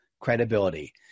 credibility